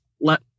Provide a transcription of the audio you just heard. let